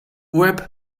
webb